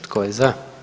Tko je za?